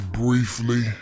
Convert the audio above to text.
briefly